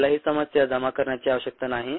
आपल्याला ही समस्या जमा करण्याची आवश्यकता नाही